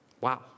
Wow